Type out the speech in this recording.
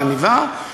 ועניבה,